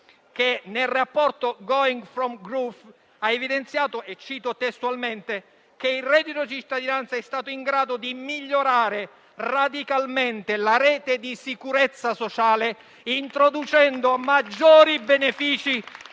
che nel rapporto intitolato «Going for growth» ha evidenziato, testualmente, che il reddito di cittadinanza è stato in grado di «migliorare radicalmente la rete di sicurezza sociale, introducendo maggiori benefici